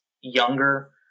younger